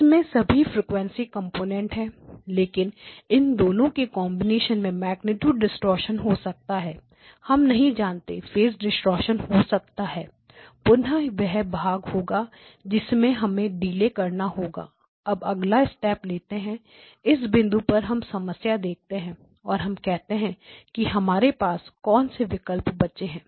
इसमें सभी frequency component है लेकिन इन दोनों के कॉन्बिनेशन में मेग्नीट्यूड डिस्टॉर्शन हो सकता है हम नहीं जानते फेस डिस्टॉर्शन हो सकता है पुन्हा वह भाग होगा जिससे हमें डील करना होगा अब अगला स्टेप लेते हैं इस बिंदु पर हम समस्या देखते हैं और हम कहते हैं कि हमारे पास कौन से विकल्प बचे हैं